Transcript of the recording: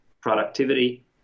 productivity